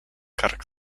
kark